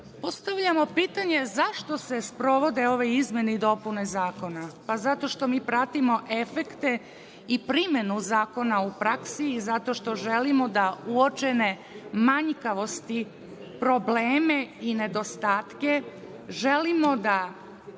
Postavljamo pitanje, zašto se sprovode ove izmene i dopune Zakona? Zato što mi pratimo efekte i primenu zakona u praksi i zato što želimo da uočene manjkavosti, probleme i nedostatke želimo da